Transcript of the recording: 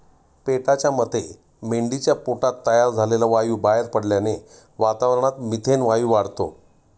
पेटाच्या मते मेंढीच्या पोटात तयार झालेला वायू बाहेर पडल्याने वातावरणात मिथेन वायू वाढतो